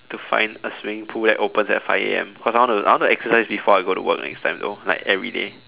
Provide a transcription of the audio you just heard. to find a swimming pool that opens at five A_M because I want I want to exercise before I go to work next time though like everyday